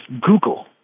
Google